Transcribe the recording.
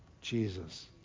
Jesus